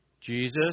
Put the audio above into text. Jesus